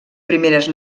primeres